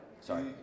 sorry